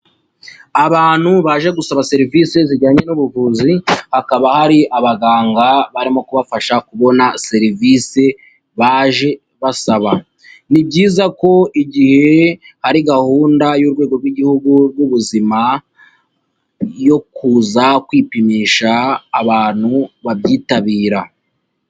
Abantu baje gusaba serivisi zijyanye n'ubuvuzi hakaba hari abaganga barimo kubafasha kubona serivisi baje basaba, ni byiza ko igihe ari gahunda y'urwego rw'igihugu rw'ubuzima yo kuza kwipimisha abantu babyitabira.